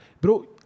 Bro